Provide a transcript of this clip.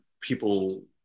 people